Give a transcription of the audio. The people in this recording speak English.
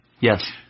Yes